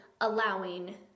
allowing